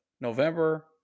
november